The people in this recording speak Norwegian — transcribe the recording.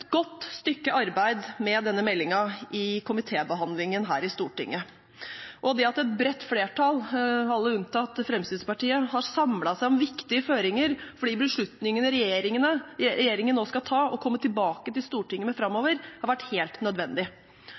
godt stykke arbeid med denne meldingen i komitébehandlingen her i Stortinget, og det at et bredt flertall, alle unntatt Fremskrittspartiet, har samlet seg om viktige føringer for de beslutningene regjeringen nå skal ta og komme tilbake til Stortinget med framover, har vært helt nødvendig.